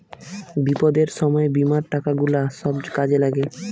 বিপদের সময় বীমার টাকা গুলা সব কাজে লাগে